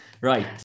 Right